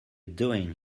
doing